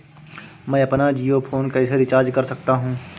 मैं अपना जियो फोन कैसे रिचार्ज कर सकता हूँ?